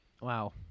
Wow